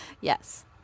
Yes